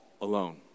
alone